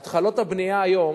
התחלות הבנייה היום